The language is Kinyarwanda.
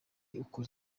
ukuri